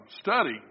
study